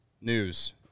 news